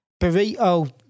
burrito